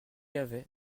avait